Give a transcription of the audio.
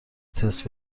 تست